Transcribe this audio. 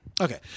Okay